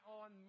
on